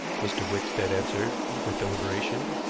mr. wickstead answered with deliberation.